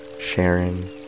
Sharon